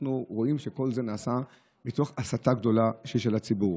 אנחנו רואים שכל זה נעשה מתוך הסתה גדולה שיש בציבור.